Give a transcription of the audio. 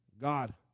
God